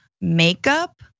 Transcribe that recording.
makeup